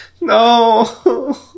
no